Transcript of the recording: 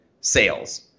sales